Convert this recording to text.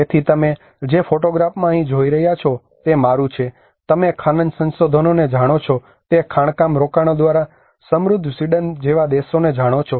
તેથી તમે જે ફોટોગ્રાફમાં અહીં જોઈ રહ્યા છો તે મારું છે તમે ખનન સંસાધનોને જાણો છો તે ખાણકામ રોકાણો દ્વારા સમૃદ્ધ સ્વીડન જેવા દેશોને જાણો છો